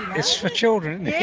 it's for children?